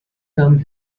come